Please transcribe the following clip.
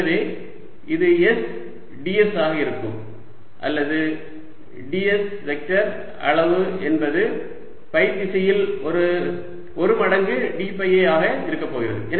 எனவே இது s ds ஆக இருக்கும் அல்லது ds வெக்டர் அளவு என்பது ஃபை திசையில் ஒரு மடங்கு d ஃபை ஆக இருக்கப் போகிறது